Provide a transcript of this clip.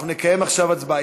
אנחנו נקיים עכשיו הצבעה.